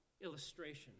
illustration